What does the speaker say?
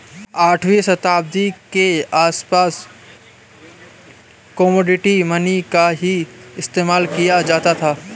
आठवीं शताब्दी के आसपास कोमोडिटी मनी का ही इस्तेमाल किया जाता था